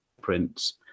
prints